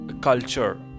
culture